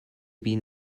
been